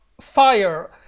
fire